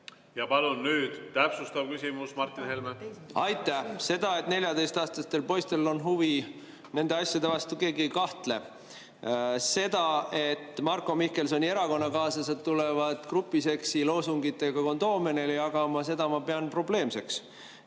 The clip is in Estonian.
Ja palun nüüd täpsustav küsimus, Martin Helme. Aitäh! Selles, et 14‑aastastel poistel on huvi nende asjade vastu, keegi ei kahtle. Aga seda, et Marko Mihkelsoni erakonnakaaslased tulevad [noortele poistele] grupiseksi loosungitega kondoome jagama, ma pean probleemseks.